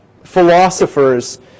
philosophers